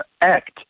Act